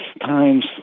times